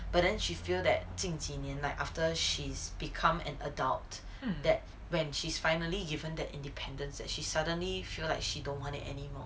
but then she feel that 近几年 like after she's become an adult that when she's finally given that independence that she suddenly feel like she don't want it anymore